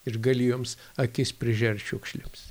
ir gali joms akis prižert šiukšlėms